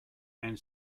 and